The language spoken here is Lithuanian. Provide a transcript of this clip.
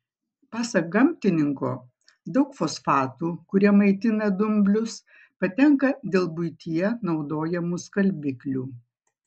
pasak gamtininko daug fosfatų kurie maitina dumblius patenka dėl buityje naudojamų skalbiklių